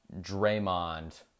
Draymond